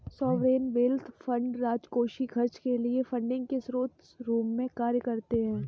sovereign wealth fund राजकोषीय खर्च के लिए फंडिंग के स्रोत के रूप में कार्य करते हैं